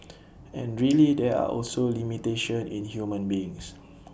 and really there are also limitation in human beings